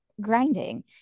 grinding